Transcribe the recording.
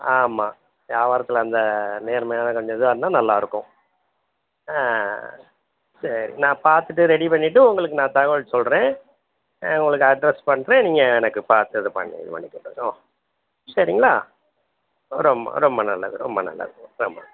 ஆமாம் வியாவாரத்துல அந்த நேர்மையாக கொஞ்சம் இதுவாக இருந்தால் நல்லாயிருக்கும் ஆ சரி நான் பார்த்துட்டு ரெடி பண்ணிவிட்டு உங்களுக்கு நான் தகவல் சொல்கிறேன் உங்களுக்கு அட்ரஸ் பண்ணுறேன் நீங்கள் எனக்குப் பார்த்து இதுப் பண்ணுங்கள் நீங்கள் கொஞ்சம் சரிங்களா ரொம்ப ரொம்ப நல்லது ரொம்ப நல்லது ரொம்ப